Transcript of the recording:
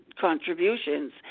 contributions